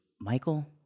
Michael